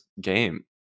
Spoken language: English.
game